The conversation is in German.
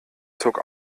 zog